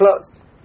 closed